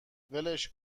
ولش